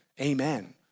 amen